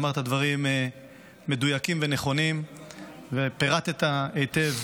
אמרת דברים מדויקים ונכונים ופירטת היטב